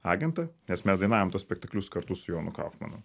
agentą nes mes dainavom tuos spektaklius kartu su jonu kaufmanu